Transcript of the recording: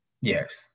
Yes